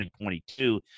2022